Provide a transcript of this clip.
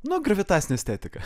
nu gravitacinė estetika